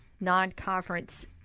non-conference